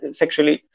sexually